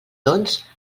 doncs